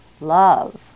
love